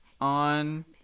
on